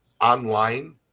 online